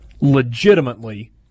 legitimately